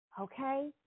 Okay